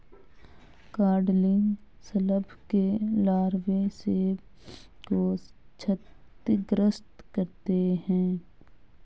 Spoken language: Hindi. कॉडलिंग शलभ के लार्वे सेब को क्षतिग्रस्त करते है